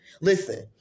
Listen